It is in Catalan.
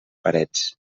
parets